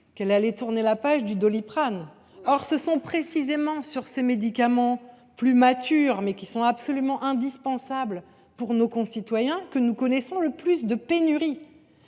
qu’il allait tourner la page du Doliprane. Or ce sont précisément ces médicaments plus matures, mais absolument indispensables pour nos concitoyens, qui connaissent le plus de pénuries.